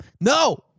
no